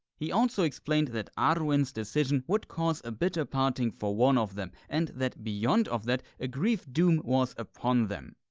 he also explained that arwen's decision would cause a bitter parting for one of them and that beyond of that a grief doom was upon them.